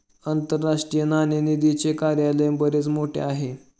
आंतरराष्ट्रीय नाणेनिधीचे कार्यालय बरेच मोठे आहे